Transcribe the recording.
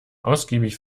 ausgiebig